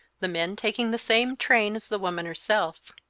the men taking the same train as the woman herself.